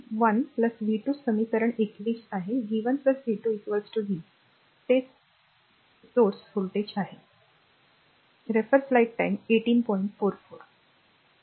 1 v 2 समीकरण 21 आहे v 1 v 2 v तेच ते r स्त्रोत व्होल्टेज आहे